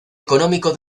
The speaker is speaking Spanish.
económico